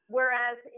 Whereas